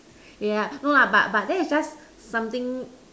yeah no lah but but that is just something